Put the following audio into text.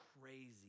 crazy